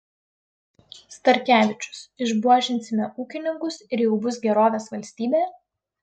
starkevičius išbuožinsime ūkininkus ir jau bus gerovės valstybė